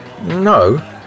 No